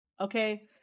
Okay